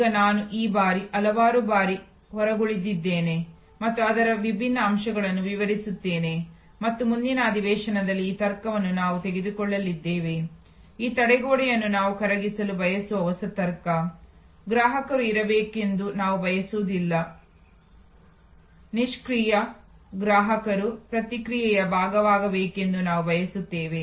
ಈಗ ನಾನು ಈ ಬಾರಿ ಹಲವಾರು ಬಾರಿ ಹೊರಗುಳಿದಿದ್ದೇನೆ ಮತ್ತು ಅದರ ವಿಭಿನ್ನ ಅಂಶಗಳನ್ನು ವಿವರಿಸುತ್ತೇನೆ ಮತ್ತು ಮುಂದಿನ ಅಧಿವೇಶನದಲ್ಲಿ ಈ ತರ್ಕವನ್ನು ನಾವು ತೆಗೆದುಕೊಳ್ಳಲಿದ್ದೇವೆ ಈ ತಡೆಗೋಡೆಯನ್ನು ನಾವು ಕರಗಿಸಲು ಬಯಸುವ ಹೊಸ ತರ್ಕ ಗ್ರಾಹಕರು ಇರಬೇಕೆಂದು ನಾವು ಬಯಸುವುದಿಲ್ಲ ನಿಷ್ಕ್ರಿಯ ಗ್ರಾಹಕರು ಪ್ರಕ್ರಿಯೆಯ ಭಾಗವಾಗಬೇಕೆಂದು ನಾವು ಬಯಸುತ್ತೇವೆ